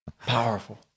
powerful